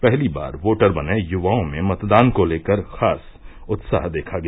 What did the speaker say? पहली बार वोटर बने युवाओं में मतदान को लेकर खास उत्साह देखा गया